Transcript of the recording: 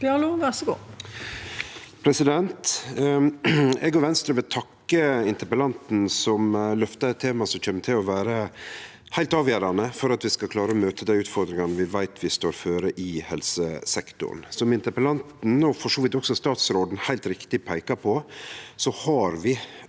Eg og Venstre vil takke interpellanten, som løftar eit tema som kjem til å vere heilt avgjerande for at vi skal klare å møte dei utfordringane vi veit vi står føre i helsesektoren. Som interpellanten, og for så vidt også statsråden, heilt riktig peika på, har vi